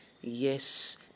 Yes